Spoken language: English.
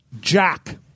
Jack